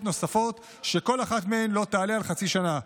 נוספות שכל אחת מהן לא תעלה על חצי שנה.